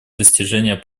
достижения